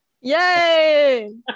Yay